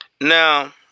Now